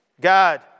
God